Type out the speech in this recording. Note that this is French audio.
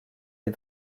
les